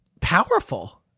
powerful